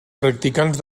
practicants